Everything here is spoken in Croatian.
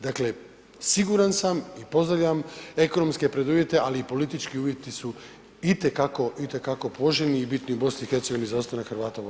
Dakle, siguran sam i pozdravljam ekonomske preduvjete, ali i politički uvjeti su itekako, itekako poželjni i bitni u BiH za ostanak Hrvata u BiH.